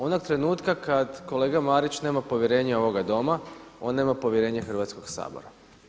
Onog trenutka kada kolega Marić nema povjerenje ovoga Doma on nema povjerenje Hrvatskoga sabora.